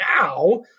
now